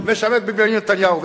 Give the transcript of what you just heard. את בנימין נתניהו.